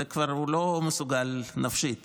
הוא כבר לא מסוגל נפשית,